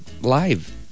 live